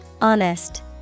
Honest